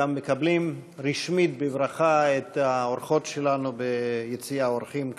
אנחנו גם מקבלים רשמית בברכה את האורחות שלנו ביציע האורחים כאן.